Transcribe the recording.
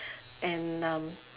and um